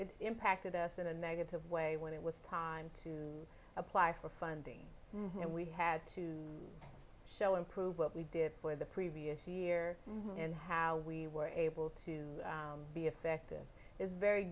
it impacted us in a negative way when it was time to apply for funding and we had to show and prove what we did for the previous year and how we were able to be effective is very